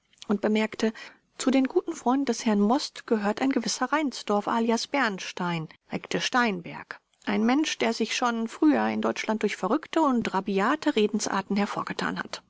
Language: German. und bemerkte zu den guten freunden des herrn most gehört ein gewisser reinsdorf alias bernstein recte steinberg ein mensch der sich schon früher in deutschland durch verrückte und rabiate redensarten hervorgetan hat